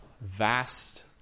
vast